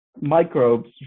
microbes